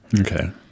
Okay